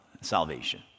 salvation